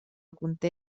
conté